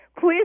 please